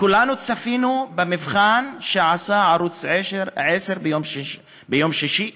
כולנו צפינו במבחן שעשה ערוץ 10 ביום שישי,